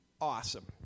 Awesome